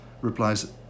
replies